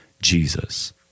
Jesus